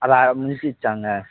அது அ முடிஞ்சுருச்சாங்க